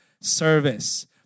service